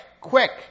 quick